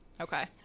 Okay